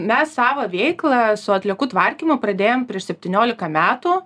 mes savo veiklą su atliekų tvarkymu pradėjom prieš septyniolika metų